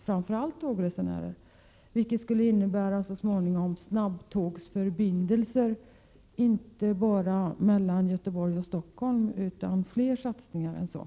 Det skulle så småningom innebära att man fick snabbtågsförbindelser inte bara mellan Göteborg och Stockholm utan också mellan andra orter.